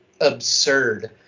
absurd